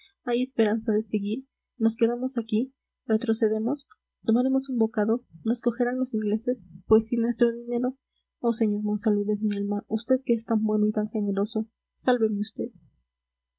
hay esperanza de seguir nos quedamos aquí retrocedemos tomaremos un bocado nos cogerán los ingleses pues y nuestro dinero oh sr monsalud de mi alma vd que es tan bueno y tan generoso sálveme